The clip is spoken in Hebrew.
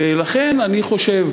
ולכן אני חושב,